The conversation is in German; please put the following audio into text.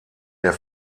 der